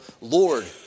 Lord